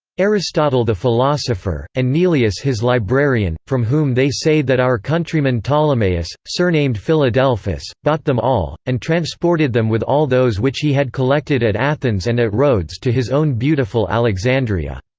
aristotle the philosopher, and nelius his librarian from whom they say that our countryman ptolemaeus, surnamed philadelphus, bought them all, and transported them with all those which he had collected at athens and at rhodes to his own beautiful alexandria.